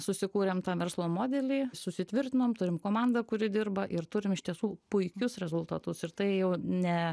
susikūrėm tą verslo modelį sutvirtinom turim komandą kuri dirba ir turim iš tiesų puikius rezultatus ir tai jau ne